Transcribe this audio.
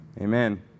Amen